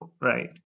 right